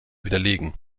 widerlegen